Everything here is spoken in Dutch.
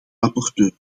rapporteur